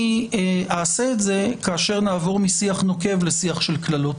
אעשה זאת כשנעבור משיח נוקב לשיח של קללות.